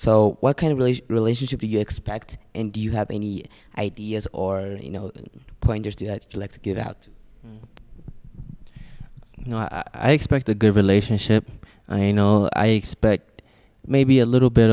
so what kind of relationship do you expect and do you have any ideas or you know pointers to get out you know i expect a good relationship i know i expect maybe a little bit